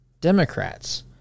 Democrats